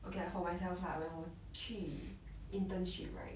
okay like for myself lah when 我去 internship right